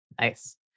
Nice